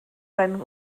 sein